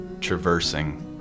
traversing